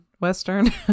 western